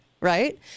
Right